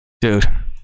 Dude